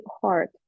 hard